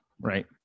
Right